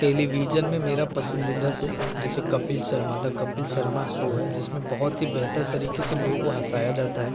television में मेरा पसंदीदा सो जैसे कपिल शर्मा दा कपिल शर्मा शो है जिसमें बहुत ही बेहतर तरीके से लोगों को हँसाया जाता है